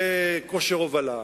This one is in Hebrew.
וכושר הובלה,